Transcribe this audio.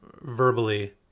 verbally